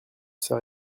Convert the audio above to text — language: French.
sais